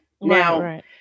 Now